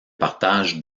partagent